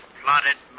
plotted